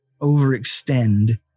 overextend